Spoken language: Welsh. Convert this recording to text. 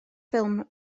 ffilm